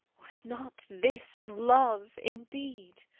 was not this love indeed?